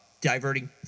diverting